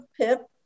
PIP